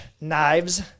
knives